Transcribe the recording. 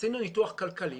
עשינו ניתוח כלכלי